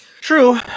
True